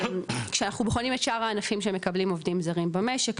כשאנחנו בוחנים את שאר הענפים שמקבלים עובדים זרים במשק,